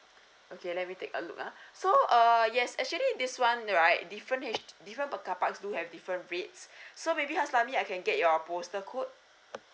okay let me take a look ah so err yes actually this one right different H different per carparks do have different rates so maybe haslami I can get your postal code